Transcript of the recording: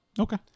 Okay